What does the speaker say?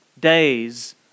days